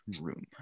room